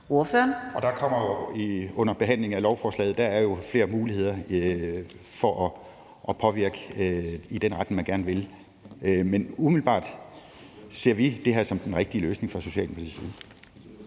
Husted (S): Under behandlingen af lovforslaget er der jo flere muligheder for at påvirke i den retning, man gerne vil, men umiddelbart ser vi det som den rigtige løsning, fra Socialdemokratiets